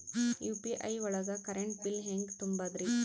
UPI ಒಳಗ current bill ಹೆಂಗ್ ತುಂಬದ್ರಿ?